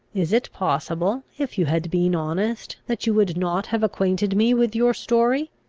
is it possible, if you had been honest, that you would not have acquainted me with your story?